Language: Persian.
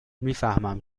میفهمم